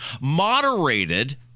moderated